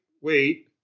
wait